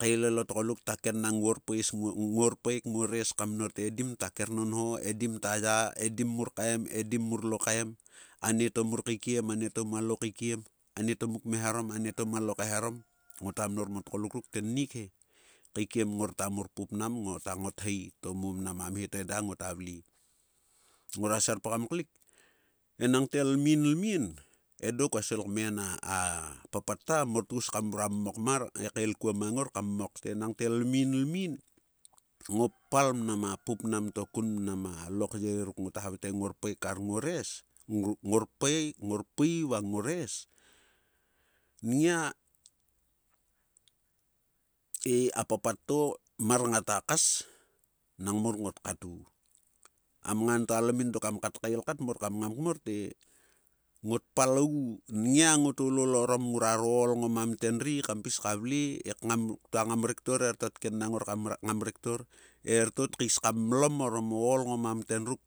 Tkgelel o tgoluk ta kennang ngulorpaek nguorres kam mnor te edim ta kernonho. edim mur kaem. edim murlo kaem. anieto mur kaikiem. edim murlo kaem. anieto mur kaikiem. anieto muk kmeharom. anieto mualo kaikiem. anieto muk kmeharom. anieto mualo kaeharom. ngota mnor ma tgoluk ruk tennik he. Kaikiem ngorta mur pupnam ngorta ngothei to mo mnam a mhe to eda ngota vle. Ngora serpgam klik. enang the lmin lmin. edo kua svil kmen a papat ta mor tgus kam mrua mmok kael kua mang ngor kam mmokte enang the lmin lmin. ngop pall mnam a pupnam to kun mnam a lokyei ruk ngota havae te ngor paei va ngorees. nngia e apapat to. mor ngata kas nang mor ngot katvu?A mngan to alomin dok kam kat kael kat mor kam ngam kmor te. ngot pal ogu. Nngia ngot olol orom ngruaro ool ngo mamten ri kam pis ka vle e ktua ngam rektor etieto kennang ngor kam ngam rektor. erito tkais kam mlam:orom o ool ngo mamten ruk.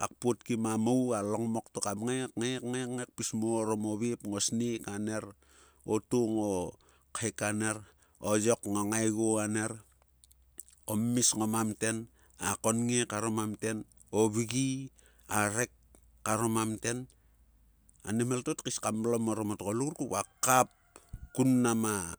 ka kpot kim a mou. along mek to kam ngae kngae kngae kngae kpis mo orom o veep ngo sneek aner. o too ngo khek aner. o yok ngo ngaego aner. o mmis ngo mamten. a vgi. a rek karo mamten. ane mhel to tkais kam mlom orom o tgoluk ruk va kkap kun mnam a.